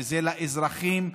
שזה לאזרחים,